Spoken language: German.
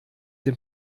dem